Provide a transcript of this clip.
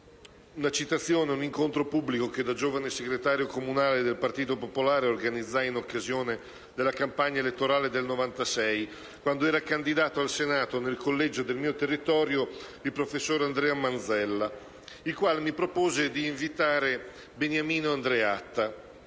relativa ad un incontro pubblico che, da giovane segretario comunale del Partito Popolare, organizzai in occasione della campagna elettorale del 1996, quando era candidato al Senato, nel collegio del mio territorio, il professor Andrea Manzella, il quale mi propose di invitare Beniamino Andreatta.